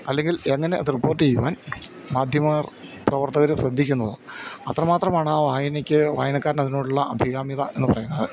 അല്ലെങ്കിൽ എങ്ങനെയത് റിപ്പോർട്ട് ചെയ്യുവാൻ മാധ്യമപ്രവർത്തകര് ശ്രദ്ധിക്കുന്നുവോ അത്രമാത്രമാണ് ആ വായനക്കാരന് അതിനോടുള്ള അഭികാമ്യതയെന്ന് പറയുന്നത്